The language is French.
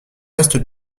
est